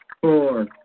four